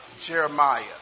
Jeremiah